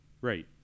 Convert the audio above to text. Right